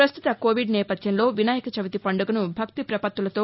ప్రస్తుత కోవిడ్ నేపథ్యంలో వినాయక చవితి పండుగను భక్తి పపత్తులతో